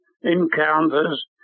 encounters